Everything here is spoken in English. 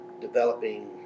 developing